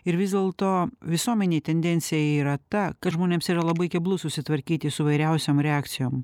ir vis dėlto visuomenėj tendencija yra ta kad žmonėms yra labai keblu susitvarkyti su įvairiausiom reakcijom